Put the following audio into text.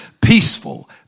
peaceful